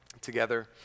together